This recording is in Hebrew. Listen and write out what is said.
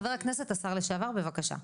חבר הכנסת והשר לשעבר, בבקשה.